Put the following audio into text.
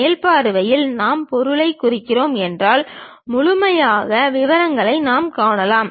மேல் பார்வையில் நாம் பொருளைக் குறிக்கிறோம் என்றால் முழுமையான விவரங்களை நாம் காணலாம்